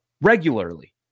regularly